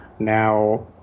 Now